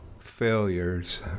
failures